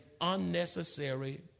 unnecessary